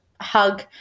hug